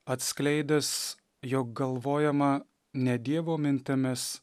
atskleidęs jog galvojama ne dievo mintimis